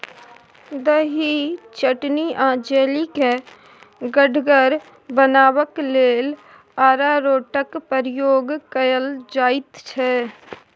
दही, चटनी आ जैली केँ गढ़गर बनेबाक लेल अरारोटक प्रयोग कएल जाइत छै